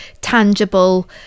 tangible